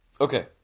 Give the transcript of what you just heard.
Okay